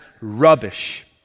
rubbish